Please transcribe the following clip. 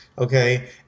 Okay